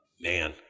man